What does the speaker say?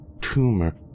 tumor